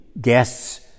guest's